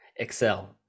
Excel